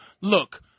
look